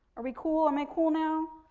are we cool? am i cool now?